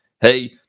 hey